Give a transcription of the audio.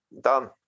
Done